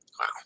Wow